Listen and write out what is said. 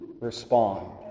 respond